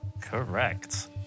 Correct